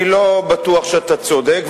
אני לא בטוח שאתה צודק,